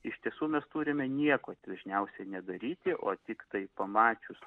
iš tiesų mes turime nieko dažniausiai nedaryti o tiktai pamačius